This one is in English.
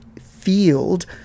field